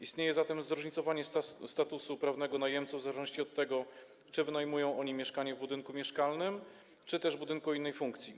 Istnieje zatem zróżnicowanie statusu prawnego najemców w zależności od tego, czy wynajmują oni mieszkanie w budynku mieszkalnym, czy też w budynku o innej funkcji.